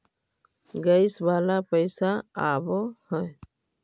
Gas वाला पैसा आव है?